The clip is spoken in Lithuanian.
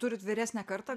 turit vyresnę kartą